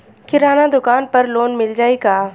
किराना दुकान पर लोन मिल जाई का?